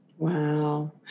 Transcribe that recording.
Wow